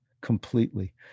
completely